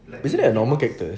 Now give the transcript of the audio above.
the normal one cactus